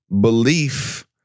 belief